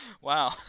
Wow